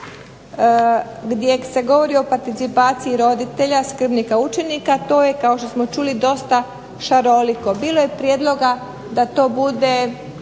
gdje se govori o participaciji roditelja, skrbnika, učenika. To je kao što smo čuli dosta šaroliko. Bilo je prijedloga da to bude